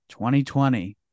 2020